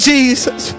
Jesus